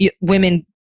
women